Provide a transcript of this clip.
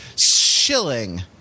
shilling